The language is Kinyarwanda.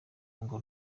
ngo